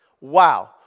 Wow